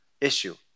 issue